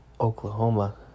Oklahoma